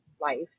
life